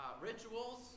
rituals